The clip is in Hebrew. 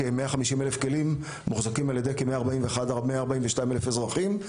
כ-150 אלף כלים מוחזקים על ידי כ-142 אלף אזרחים,